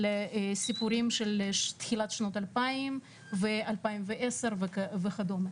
סיפורים של תחילת שנת 2000 ו-2010 וכדומה.